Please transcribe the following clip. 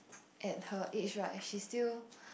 at her age right she still